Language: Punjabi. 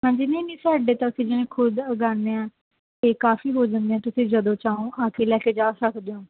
ਹਾਂਜੀ ਨਹੀਂ ਨਹੀਂ ਸਾਡੇ ਤਾਂ ਜਿਵੇਂ ਖੁਦ ਉਗਾਉਂਦੇ ਹਾਂ ਇਹ ਕਾਫੀ ਹੋ ਜਾਂਦੀਆਂ ਤੁਸੀਂ ਜਦੋਂ ਚਾਹੋ ਆ ਕੇ ਲੈ ਕੇ ਜਾ ਸਕਦੇ ਹੋ